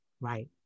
right